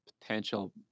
potential